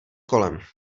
kolem